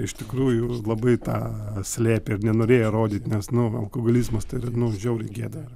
iš tikrųjų labai tą slėpė ir nenorėjo rodyt nes nu alkoholizmas tai yra nu žiauriai gėda